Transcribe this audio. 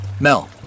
Mel